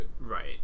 right